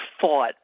fought